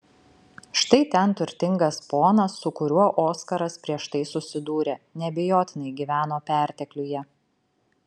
štai ten turtingas ponas su kuriuo oskaras prieš tai susidūrė neabejotinai gyveno pertekliuje